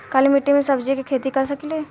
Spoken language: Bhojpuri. काली मिट्टी में सब्जी के खेती कर सकिले?